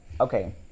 okay